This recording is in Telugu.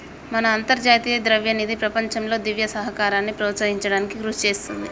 మన అంతర్జాతీయ ద్రవ్యనిధి ప్రపంచంలో దివ్య సహకారాన్ని ప్రోత్సహించడానికి కృషి చేస్తుంది